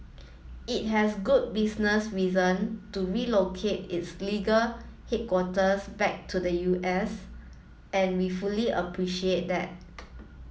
it has good business reason to relocate its legal headquarters back to the U S and we fully appreciate that